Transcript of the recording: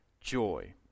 joy